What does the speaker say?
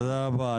תודה רבה.